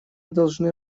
должны